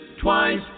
Twice